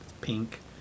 pink